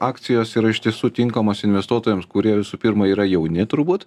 akcijos yra iš tiesų tinkamos investuotojams kurie visų pirma yra jauni turbūt